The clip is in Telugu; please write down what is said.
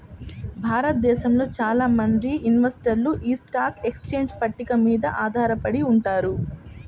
భారతదేశంలో చాలా మంది ఇన్వెస్టర్లు యీ స్టాక్ ఎక్స్చేంజ్ పట్టిక మీదనే ఆధారపడి ఉంటారు